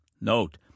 Note